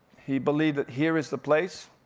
he believed that here is the place.